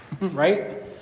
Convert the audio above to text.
right